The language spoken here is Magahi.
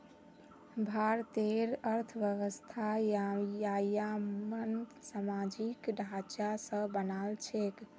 भारतेर अर्थव्यवस्था ययिंमन सामाजिक ढांचा स बनाल छेक